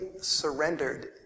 surrendered